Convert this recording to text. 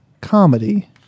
comedy